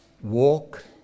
Walk